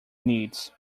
needs